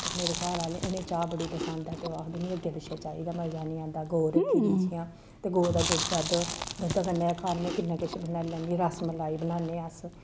ते मेरे घर आह्ले गी चाह् बड़ी पसंद ऐ ते ओह् आखदे कि मी अग्गें पिच्छे चाही दा मजा निं औंदा गौ रक्खी दी जि'यां ते गौ दा दुद्ध दद्ध दुद्धै कन्नै में किन्ना किश बनाई लैन्नी रस मलाई बन्नाने अस